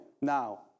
Now